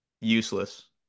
useless